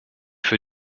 für